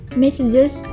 messages